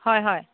হয় হয়